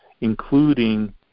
including